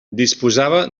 disposava